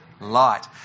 light